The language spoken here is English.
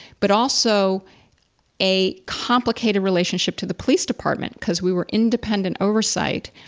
but also a complicated relationship to the police department because we were independent oversight.